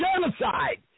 genocide